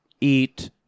eat